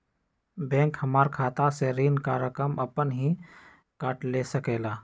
Bank हमार खाता से ऋण का रकम अपन हीं काट ले सकेला?